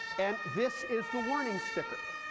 and this is the warning sticker.